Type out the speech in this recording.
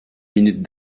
minutes